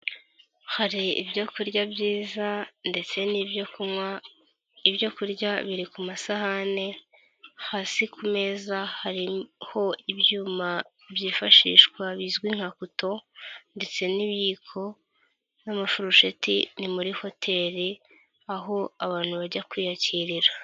Hari ibyo kurya byiza ndetse n'ibyo kunywa ibyo kurya biri ku masahane hasi ku meza hariho ibyuma byifashishwa bizwi nka kuto ndetse n'ibiyiko n'amafurusheti ni muri hoteri aho abantu bajya kwiyakirira.